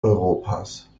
europas